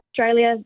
Australia